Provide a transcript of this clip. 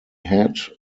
hat